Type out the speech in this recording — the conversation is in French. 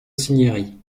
cinieri